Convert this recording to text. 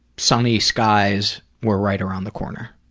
sunny skies were right around the corner.